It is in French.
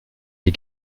des